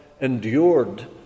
endured